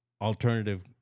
alternative